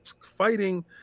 fighting